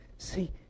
See